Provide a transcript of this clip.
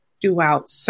throughout